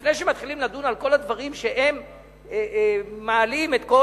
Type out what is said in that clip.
לפני שמתחילים לדון על כל הדברים שמעלים את כל